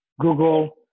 Google